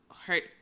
hurt